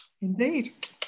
Indeed